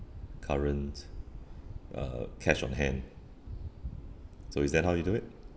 current uh cash on hand so is that how you do it